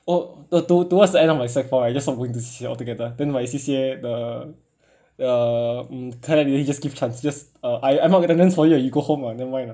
oh the to~ towards the end of my sec four I just stop going to C_C_A altogether then my C_C_A the uh mm kind of really just give chance just uh I I mark attendance for you ah you go home ah never mind lah